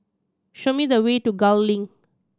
show me the way to Gul Link